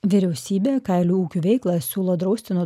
vyriausybė kailių ūkių veiklą siūlo drausti nuo